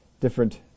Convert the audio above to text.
different